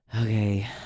Okay